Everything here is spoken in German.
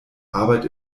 arbeit